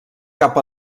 cap